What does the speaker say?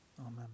Amen